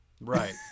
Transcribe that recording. Right